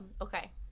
okay